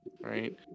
right